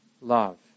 love